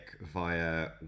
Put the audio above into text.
via